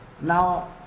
Now